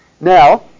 Now